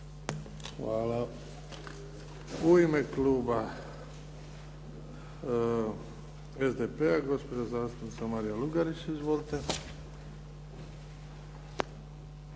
Hvala. U ime kluba SDP-a, gospođa zastupnica Marija Lugarić. Izvolite.